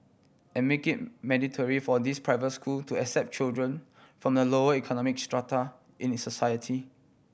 and make it mandatory for these private school to accept children from the lower economic strata in society